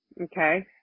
Okay